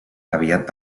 aviat